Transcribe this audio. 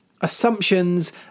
Assumptions